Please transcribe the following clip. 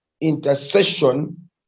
intercession